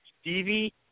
Stevie